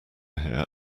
here